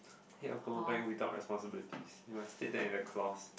head of global bank without responsibilities you must state that in the clause